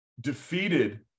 defeated